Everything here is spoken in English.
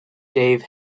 dave